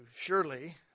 surely